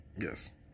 yes